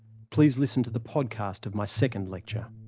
please listen to the podcast of my second lecture.